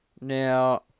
Now